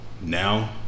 Now